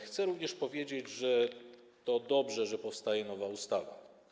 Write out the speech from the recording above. Chcę również powiedzieć, że to dobrze, że powstaje nowa ustawa.